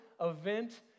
event